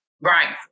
Right